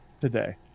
today